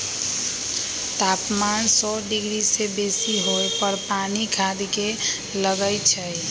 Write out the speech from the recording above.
तापमान सौ डिग्री से बेशी होय पर पानी खदके लगइ छै